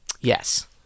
Yes